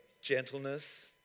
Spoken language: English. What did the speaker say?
gentleness